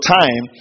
time